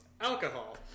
alcohol